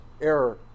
error